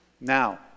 Now